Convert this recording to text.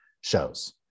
shows